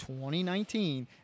2019